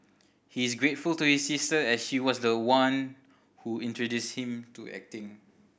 he is grateful to his sister as she was the one who introduced him to acting